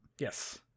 yes